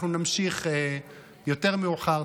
אנחנו נמשיך יותר מאוחר.